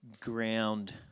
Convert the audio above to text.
ground